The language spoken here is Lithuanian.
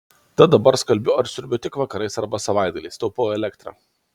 tad dabar skalbiu ar siurbiu tik vakarais arba savaitgaliais taupau elektrą